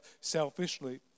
selfishly